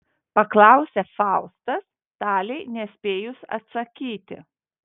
paklausė faustas talei nespėjus atsakyti